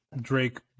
Drake